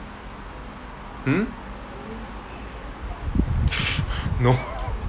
hmm no